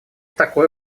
такое